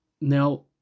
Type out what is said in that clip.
Now